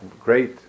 great